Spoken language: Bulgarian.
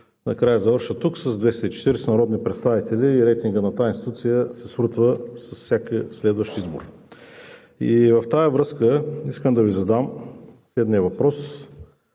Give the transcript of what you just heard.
накрая завършва тук с 240 народни представители и рейтингът на тази институция се срутва с всеки следващ избор. В тази връзка искам да Ви задам следния въпрос: